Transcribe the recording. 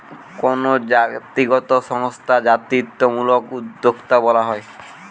কোনো জাতিগত সংস্থা জাতিত্বমূলক উদ্যোক্তা বলা হয়